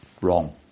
wrong